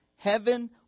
Heaven